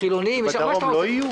בדרום לא יהיו?